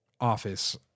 office